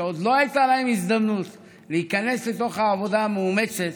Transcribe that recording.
שעוד לא הייתה להם הזדמנות להיכנס לתוך העבודה המאומצת,